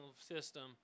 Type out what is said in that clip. system